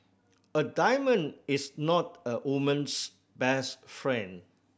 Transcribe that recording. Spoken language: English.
a diamond is not a woman's best friend